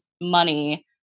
money